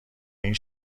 این